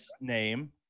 name